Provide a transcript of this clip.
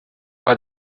pas